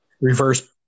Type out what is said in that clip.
reverse